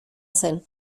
zen